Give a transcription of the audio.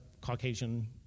Caucasian